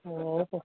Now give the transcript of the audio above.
ओ हो